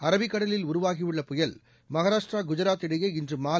அரபிக்கடலில் உருவாகியுள்ள புயல் மகாராஷ்டிரா குஜராத் இடையே இன்று மாலை